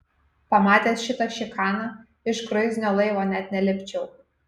pamatęs šitą šikaną iš kruizinio laivo net nelipčiau